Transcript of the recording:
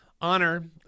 honor